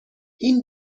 این